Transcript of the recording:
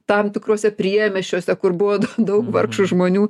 tam tikruose priemiesčiuose kur buvo daug vargšų žmonių